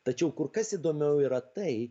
tačiau kur kas įdomiau yra tai